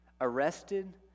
Arrested